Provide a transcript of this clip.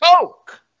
Coke